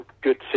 good